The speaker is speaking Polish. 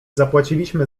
zapłaciliśmy